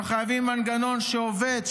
אנחנו חייבים מנגנון שעובד,